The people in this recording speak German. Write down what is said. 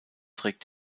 trägt